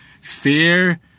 fear